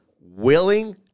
willing